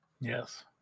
Yes